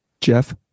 Jeff